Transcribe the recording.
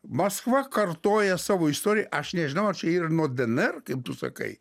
maskva kartoja savo istoriją aš nežinau ar čia ir nuo dnr kaip tu sakai